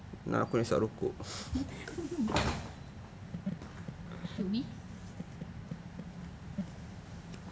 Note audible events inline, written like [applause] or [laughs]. [laughs] should we